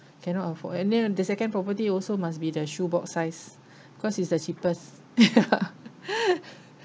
cannot afford and then the second property also must be the shoe box size cause it's the cheapest ya